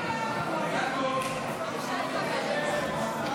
על העברת סמכות משר המשפטים לשר עמיחי אליהו נתקבלה.